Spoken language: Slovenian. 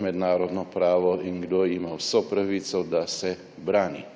mednarodno pravo, in kdo ima vso pravico, da se brani,